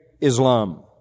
Islam